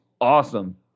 Awesome